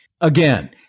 Again